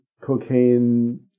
cocaine